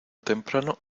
temprano